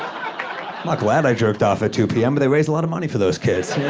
glad i jerked off at two p m, but they raised a lot of money for those kids,